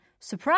Surprise